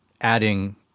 adding